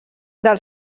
del